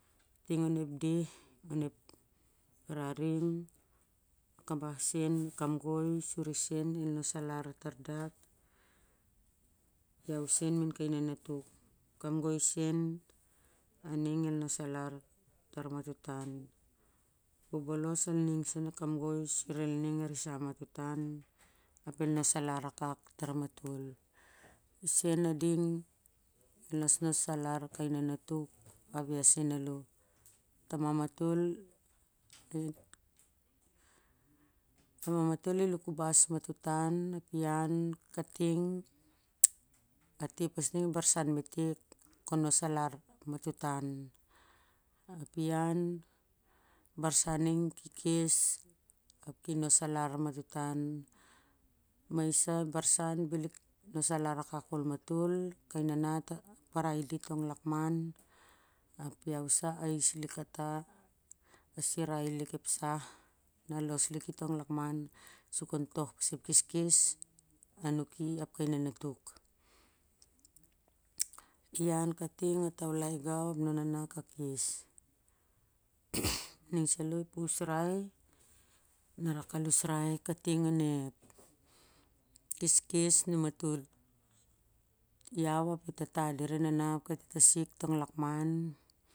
Kabah sen ep kamgoi sur i sen el nos alar tar dat, ian sen main kai nanatuk. Kamgoi sen a ning el nos alar tar matoh tan bolbol os sen al mas ning sen ep kamgoi sur el nos alar kai nanatuk ap ia sen a lo. Tamam matol i likabas ma toh tan ap i ian kating atay pas ning ep barsau metek kon nos alar matoh tan ap ian barsan ning ki kes ap nos alar matoh tan ma i sa ep barsan bel i nos alar akak kol matol, kai nanat a parai dit tong lakman ap ia sa a is lik kata a sirai lik ep sah na los li ki tong lakman sur kon toh pas ep keskes aning main kai nanatuk. Iau kaitng na taulai gau ap naona ka kes. Ning sah lo ep usrai na rak al usrai kating onep keskes numatal, iau ap e tatta sira a nana ap kai tatsik tong lakman.